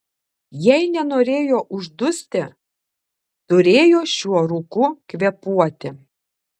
jei nenorėjo uždusti turėjo šiuo rūku kvėpuoti